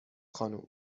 خانم